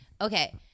okay